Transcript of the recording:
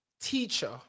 teacher